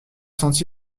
senti